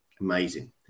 Amazing